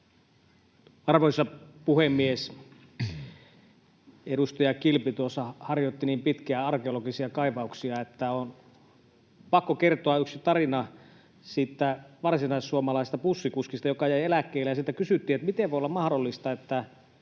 Arvoisa puhemies! Edustaja Kilpi tuossa harjoitti niin pitkään arkeologisia kaivauksia, että on pakko kertoa yksi tarina siitä varsinaissuomalaisesta bussikuskista, joka jäi eläkkeelle, ja häneltä kysyttiin, miten voi olla mahdollista, että